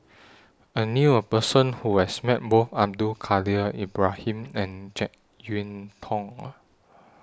I knew A Person Who has Met Both Abdul Kadir Ibrahim and Jek Yeun Thong